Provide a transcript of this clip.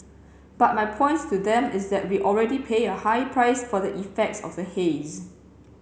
but my point to them is that we already pay a high price for the effects of the haze